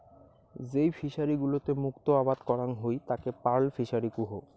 যেই ফিশারি গুলোতে মুক্ত আবাদ করাং হই তাকে পার্ল ফিসারী কুহ